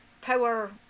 power